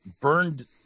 burned